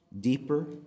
deeper